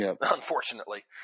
unfortunately